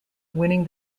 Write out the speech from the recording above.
winning